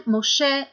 Moshe